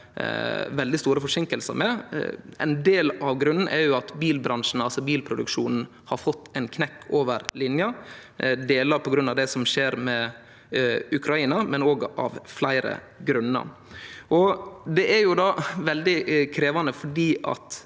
veldig store forseinkingar. Ein del av grunnen er at bilbransjen, altså bilproduksjonen, har fått ein knekk over linja, delvis på grunn av det som skjer i Ukraina, men òg av fleire grunnar. Det er veldig krevjande, fordi